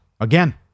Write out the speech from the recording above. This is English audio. Again